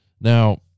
Now